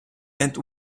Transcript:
and